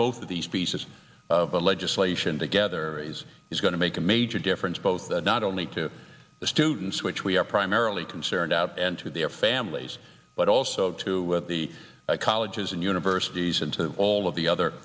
both of these pieces of legislation together as it's going to make a major difference both not only to the students which we are primarily concerned out and to their families but also to the colleges and universities and to all of the other